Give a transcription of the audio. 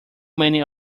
many